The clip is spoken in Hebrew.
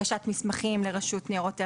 שהגשת מסמכים לרשות ניירות ערך,